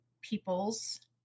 peoples